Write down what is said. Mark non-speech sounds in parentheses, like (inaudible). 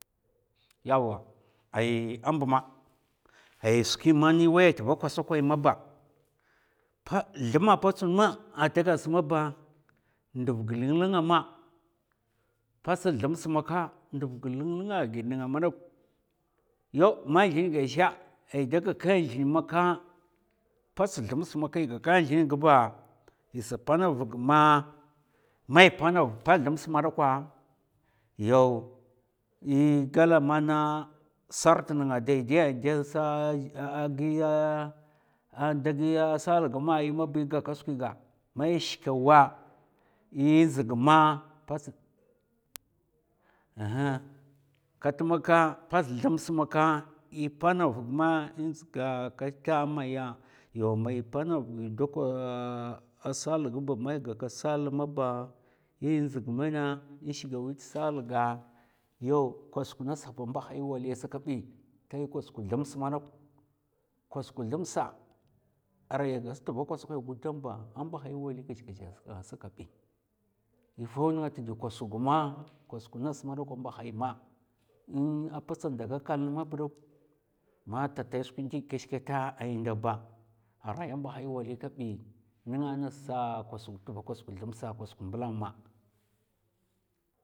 Yawwa ai amb ma ay skwi man è waya tva kwasakwai maba, thumma potsna tagada sa maba ndav ga linlinga ma pats thum smaka ndav ga linlinga a ghid nènga madok, yaw ma zlin ga zhè è da gaka zlin maka, pats thumsa a gaka zlin gba a pana vagma mai panav pats thums dakwa yaw è gala mana sart nènga daidai an dè ahh giya sal gma yiba gad è da gaka skwi ga man è shika wa è nzig ma pats ahm kat maka pats thums è pana vga ma è nɗzig kata a maya yaw man è pana vga i do sal gba mai gaka sal maba, è nzɗig mèna è shigga wi ta sal ga yaw kosuk ngasa ba a mbahai walli sa kabi tai kosuk thumsa kabi, kosuk thumsa arai gas tva kosokwai ba a mbahai walli kajkaja sa kabi, è vaw nènga tdi kosukgma kosuk ngas a mbahai ma (hesitation) a patsa daga kalna mab dok man ta tai skwin ndi kashkata ay nda ba aray a mbahai walli kabi nènga ngasa kosuk ga tva kosuk thum sa ma,